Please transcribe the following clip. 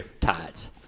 tides